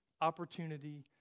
opportunity